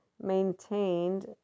maintained